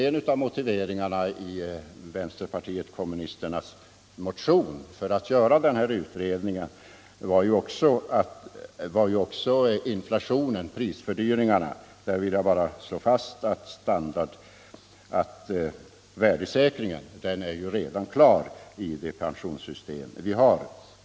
En av motiveringarna i vpk:s motion för en sådan här utredning är ju inflationen, prisfördyringarna. Där vill jag bara slå fast att värdesäkringen ju redan är klar i det pensionssystem vi har.